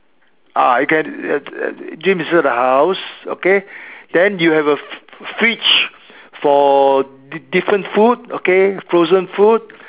ah you can gym inside the house okay then you have a fridge for di~ different food okay frozen food